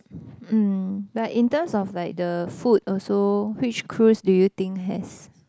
mm but in terms of like the food also which cruise do you think has